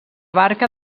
barca